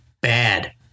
bad